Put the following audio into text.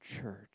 church